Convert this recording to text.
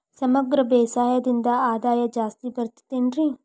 ಸಮಗ್ರ ಬೇಸಾಯದಿಂದ ಆದಾಯ ಜಾಸ್ತಿ ಬರತೈತೇನ್ರಿ?